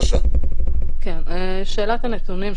שאלת הנתונים,